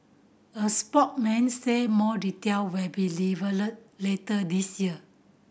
a spokesman said more detail will be revealed later this year